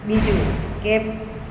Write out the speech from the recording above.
બીજું કે